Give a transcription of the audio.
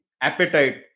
appetite